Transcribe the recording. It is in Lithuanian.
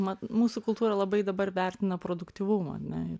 mat mūsų kultūra labai dabar vertina produktyvumą